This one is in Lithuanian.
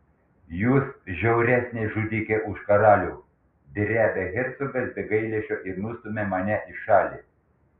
jūs žiauresnė žudikė už karalių drebia hercogas be gailesčio ir nustumia mane į šalį